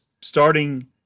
starting